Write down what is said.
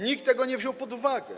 Nikt tego nie wziął pod uwagę.